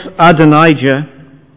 Adonijah